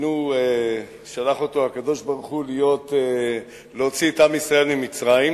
שלח אותו הקדוש-ברוך-הוא להוציא את עם ישראל ממצרים,